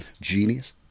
genius